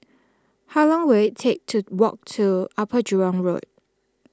how long will it take to walk to Upper Jurong Road